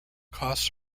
costs